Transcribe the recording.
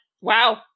wow